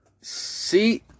See